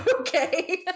okay